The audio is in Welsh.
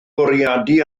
bwriadu